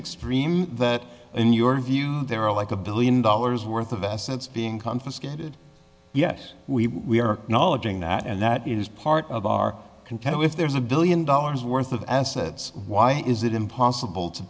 extreme that in your view there are like a billion dollars worth of assets being confiscated yes we are acknowledging that and that is part of our content if there's a billion dollars worth of assets why is it impossible to